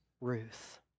Ruth